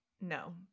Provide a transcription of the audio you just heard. No